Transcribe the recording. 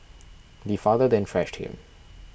the father then thrashed him